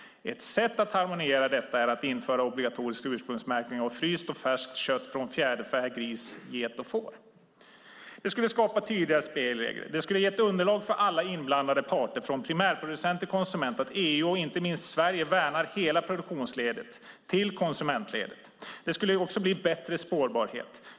Ett sätt att harmoniera detta är att införa obligatorisk ursprungsmärkning av fryst och färskt kött från fjäderfä, gris, get och får. Det skulle skapa tydligare spelregler, ge ett underlag för alla inblandade parter från primärproducent till konsument att EU och inte minst Sverige värnar hela produktionsledet till konsumentledet. Det skulle bli bättre spårbarhet.